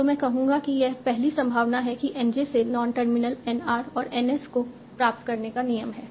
तो मैं कहूंगा कि यह पहली संभावना है कि N j से नॉन टर्मिनल N r और N s को प्राप्त करने का नियम है